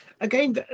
again